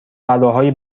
بلاهای